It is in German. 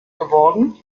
geworden